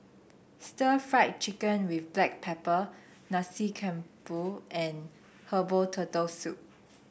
Stir Fried Chicken with Black Pepper Nasi Campur and Herbal Turtle Soup